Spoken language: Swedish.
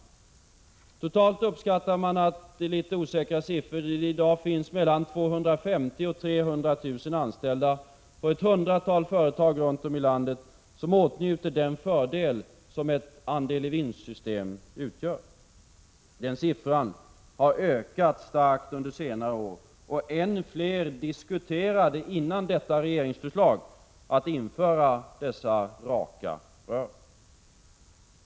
andelar Totalt uppskattas det — siffran är litet osäker — att det i dag finns 250 000-300 000 anställda på ett hundratal företag som åtnjuter den fördel som ett vinstandelssystem är. Siffran har ökat starkt under senare år, och än fler diskuterade före detta regeringsförslag att införa dessa ”raka rör”.